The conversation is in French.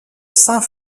saint